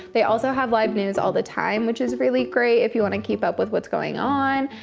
they also have live news all the time, which is really great if you wanna keep up with what's going on.